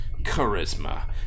charisma